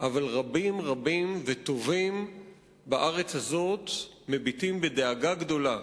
אבל רבים רבים וטובים בארץ הזאת מביטים בדאגה גדולה